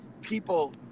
people